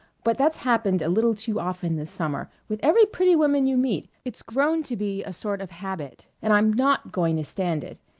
but that's happened a little too often this summer with every pretty woman you meet. it's grown to be a sort of habit, and i'm not going to stand it!